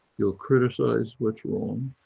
you'll criticise what's wrong,